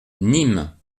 nîmes